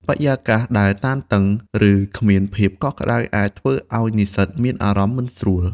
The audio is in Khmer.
បរិយាកាសដែលតានតឹង ឬគ្មានភាពកក់ក្តៅអាចធ្វើឱ្យនិស្សិតមានអារម្មណ៍មិនស្រួល។